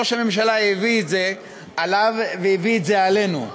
ראש הממשלה הביא את זה עליו והביא את זה עלינו.